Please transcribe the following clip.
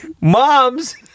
moms